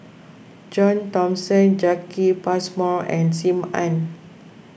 John Thomson Jacki Passmore and Sim Ann